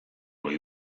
goi